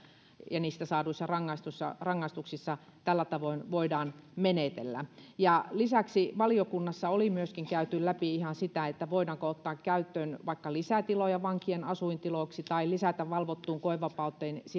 ja niistä saaduissa rangaistuksissa rangaistuksissa tällä tavoin voidaan menetellä ja lisäksi valiokunnassa oli myöskin käyty läpi ihan sitä voidaanko ottaa käyttöön vaikka lisätiloja vankien asuintiloiksi tai lisätä valvottuun koevapauteen